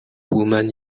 woman